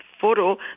photo